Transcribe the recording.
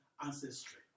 ancestry